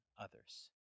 others